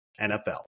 NFL